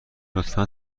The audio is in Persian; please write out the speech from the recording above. لطفا